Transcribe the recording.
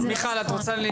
מיכל, את רוצה?